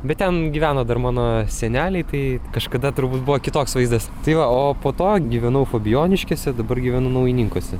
bet ten gyveno dar mano seneliai tai kažkada turbūt buvo kitoks vaizdas tai va o po to gyvenau fabijoniškėse dabar gyvenu naujininkuose